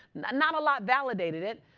not a lot validated it.